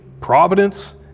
providence